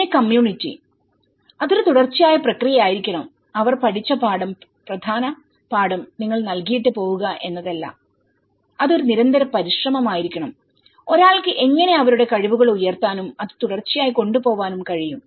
പിന്നെ കമ്മ്യൂണിറ്റി അതൊരു തുടർച്ചയായ പ്രക്രിയയായിരിക്കണം അവർ പഠിച്ച പ്രധാന പാഠം നിങ്ങൾ നൽകിയിട്ട് പോവുക എന്നതല്ല അത് ഒരു നിരന്തര പരിശ്രമമായിരിക്കണം ഒരാൾക്ക് എങ്ങനെ അവരുടെ കഴിവുകൾ ഉയർത്താനും അത് തുടർച്ചയായി കൊണ്ട്പോവാനും കഴിയും